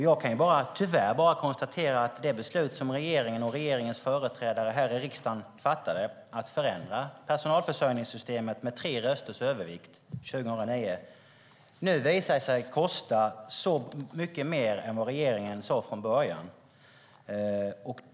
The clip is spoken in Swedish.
Jag kan tyvärr bara konstatera att det beslut som regeringen och regeringens företrädare här i riksdagen med tre rösters övervikt fattade 2009 att förändra personalförsörjningssystemet nu visar sig kosta så mycket mer än vad regeringen sade från början.